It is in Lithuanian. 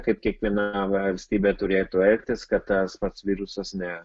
kaip kiekviena valstybė turėtų elgtis kad tas pats virusas ne